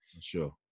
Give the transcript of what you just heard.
Sure